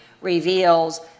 reveals